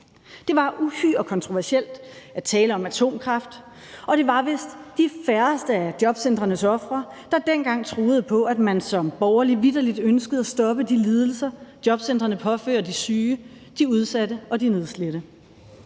Det var uhyre kontroversielt at tale om atomkraft, og det var vist de færreste af jobcentrenes ofre, der dengang troede på, at man som borgerlig vitterligt ønskede at stoppe de lidelser, jobcentrene påførte de syge, de udsatte og de nedslidte.